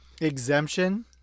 exemption